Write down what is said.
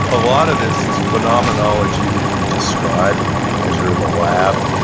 a lot of this is phenomenology we can describe or we can measure in the lab,